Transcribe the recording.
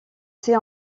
sait